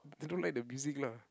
don't like the music lah